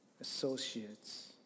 associates